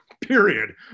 period